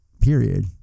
Period